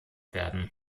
werden